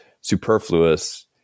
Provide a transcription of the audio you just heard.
superfluous